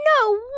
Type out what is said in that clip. No